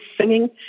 singing